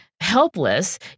helpless